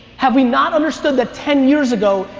have we not understood that ten years ago,